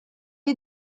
est